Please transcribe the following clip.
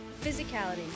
physicality